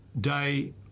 day